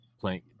playing